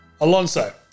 Alonso